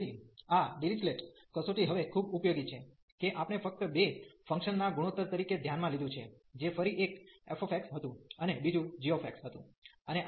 તેથી આ ડિરીચ્લેટ કસોટી હવે ખૂબ ઉપયોગી છે કે આપણે ફક્ત બે ફંક્શન ના ગુણોત્તર તરીકે ધ્યાનમાં લીધું છે જે ફરી એક fx હતું અને બીજું gx હતું